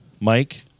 Mike